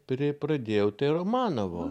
pri pradėjau tai romanovo